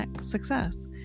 success